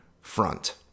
front